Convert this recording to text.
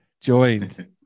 Joined